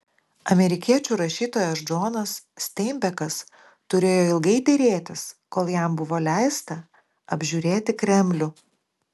amerikiečių rašytojas džonas steinbekas turėjo ilgai derėtis kol jam buvo leista apžiūrėti kremlių